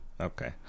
Okay